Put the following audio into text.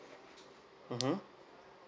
mmhmm